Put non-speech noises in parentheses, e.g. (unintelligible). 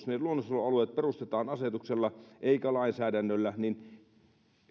(unintelligible) ne luonnonsuojelualueet perustetaan asetuksella eikä lainsäädännöllä niin